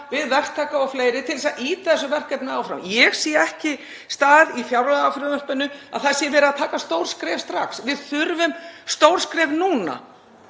við verktaka og fleiri til þess að ýta þessu verkefni áfram? Ég sé þess ekki stað í fjárlagafrumvarpinu að það sé verið að taka stór skref strax. Við þurfum stór skref núna,